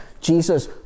Jesus